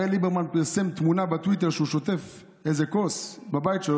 הרי ליברמן פרסם תמונה בטוויטר שהוא שוטף איזה כוס בבית שלו,